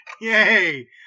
Yay